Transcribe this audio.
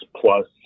plus